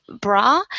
Bra